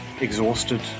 exhausted